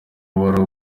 wari